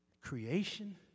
creation